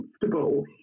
comfortable